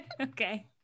Okay